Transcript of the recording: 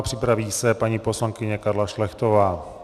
Připraví se paní poslankyně Karla Šlechtová.